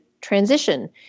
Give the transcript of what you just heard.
transition